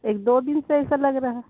ایک دو دن سے ایسا لگ رہا